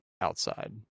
outside